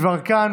דסטה גדי יברקן,